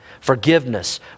forgiveness